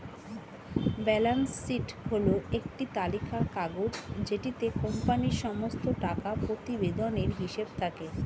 balance sheet হল একটি তালিকার কাগজ যেটিতে কোম্পানির সমস্ত টাকা প্রতিবেদনের হিসেব থাকে